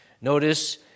Notice